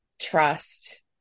trust